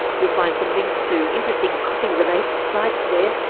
you'll find some links to interesting coffee-related sites there,